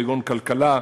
כגון כלכלה,